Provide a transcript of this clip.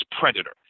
predator